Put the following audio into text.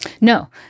No